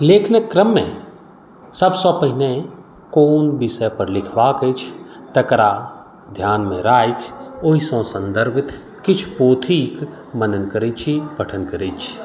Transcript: लेखनके क्रममे सबसँ पहिने कोन विषयपर लिखबाक अछि तकरा ध्यानमे राखि ओहिसँ सन्दर्भित किछु पोथीके मनन करै छी पठन करै छी